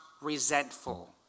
resentful